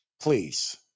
please